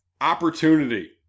opportunity